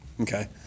Okay